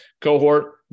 cohort